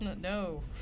No